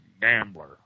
gambler